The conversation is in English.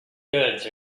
goods